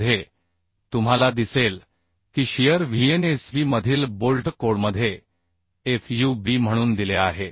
3 मध्ये तुम्हाला दिसेल की शियर Vnsb मधील बोल्ट कोडमध्ये fub म्हणून दिले आहेत